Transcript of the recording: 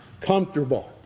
comfortable